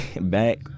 back